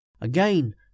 Again